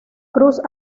cruz